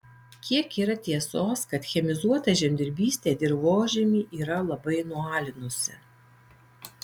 kiek yra tiesos kad chemizuota žemdirbystė dirvožemį yra labai nualinusi